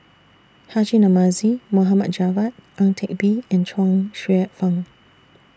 Haji Namazie Mohd Javad Ang Teck Bee and Chuang Hsueh Fang